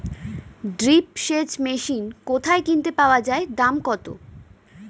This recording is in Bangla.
ড্রিপ সেচ মেশিন কোথায় কিনতে পাওয়া যায় দাম কত?